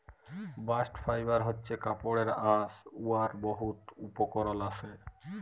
bast fibre হছে কাপড়ের আঁশ উয়ার বহুত উপকরল আসে